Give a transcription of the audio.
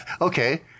Okay